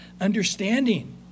understanding